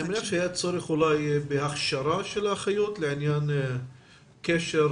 אני מניח שהיה צורך בהכשרת האחיות לעניין קשר